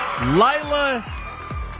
Lila